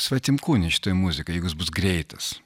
svetimkūnis šitoj muzikoj jeigu jis bus greitas